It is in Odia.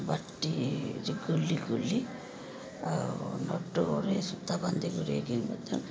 ବାଟିରେ ଗୁଲି ଗୁଲି ଆଉ ନଟୁ ଭଳି ସୂତା ବାନ୍ଧି ଗୁଡ଼ାଇକି ମଧ୍ୟ ଖେଳେ